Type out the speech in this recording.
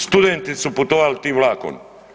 Studenti su putovali tim vlakom.